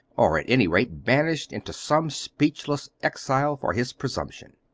or, at any rate, banished into some speechless exile for his presumption.